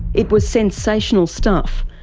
it was sensational stuff,